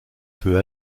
peu